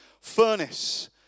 furnace